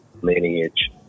lineage